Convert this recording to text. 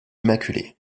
immaculée